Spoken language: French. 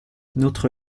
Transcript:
notre